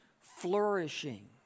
flourishing